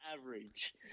average